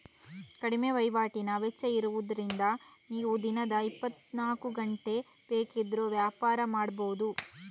ಕಡಿಮೆ ವೈವಾಟಿನ ವೆಚ್ಚ ಇರುದ್ರಿಂದ ನೀವು ದಿನದ ಇಪ್ಪತ್ತನಾಲ್ಕು ಗಂಟೆ ಬೇಕಿದ್ರೂ ವ್ಯಾಪಾರ ಮಾಡ್ಬಹುದು